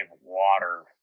water